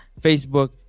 Facebook